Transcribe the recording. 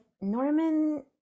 Norman